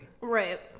right